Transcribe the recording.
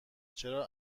چرا